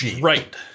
right